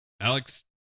Alex